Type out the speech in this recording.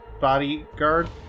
bodyguard